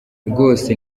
rwose